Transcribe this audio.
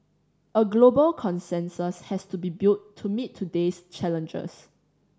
a global consensus has to be built to meet today's challenges